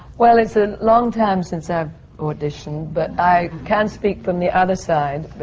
well, it's a long time since i've auditioned, but i can speak from the other side,